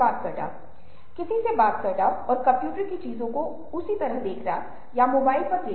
हालांकि इस तथ्य के साथ कि उद्धरण के भीतर अधिक स्पष्ट स्वायत्तता थी